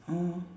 orh